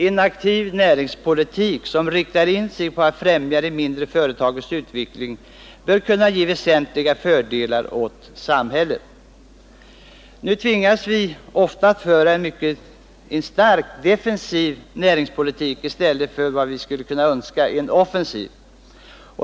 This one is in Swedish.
En aktiv näringspolitik, som riktar in sig på att främja de mindre företagens utveckling, bör kunna ge väsentliga fördelar åt samhället. Nu tvingas vi ofta föra en starkt defensiv näringspolitik i stället för, som vi önskar, en offensiv.